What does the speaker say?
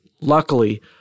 luckily